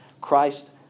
Christ